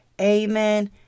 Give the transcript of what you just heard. Amen